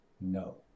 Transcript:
No